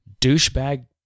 douchebag